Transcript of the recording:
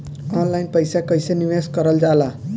Online पईसा कईसे निवेश करल जाला?